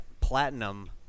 platinum